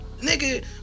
nigga